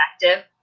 perspective